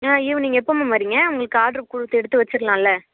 ஆ evening எப்போ ma'am வரீங்க உங்களுக்கு ஆர்ட்ரு கொடுத்து எடுத்து வச்சிர்லால்ல